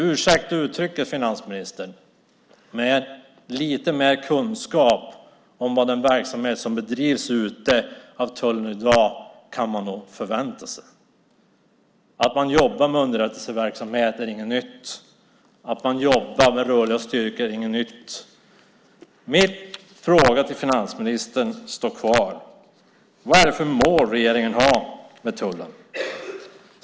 Ursäkta uttrycket, finansministern, men lite mer kunskap om den verksamhet som bedrivs ute av tullen i dag kan man nog förvänta sig. Att man jobbar med underrättelseverksamhet är inget nytt. Att man jobbar med rörliga styrkor är inget nytt. Min fråga till finansministern står kvar: Vad är det för mål regeringen har med tullen?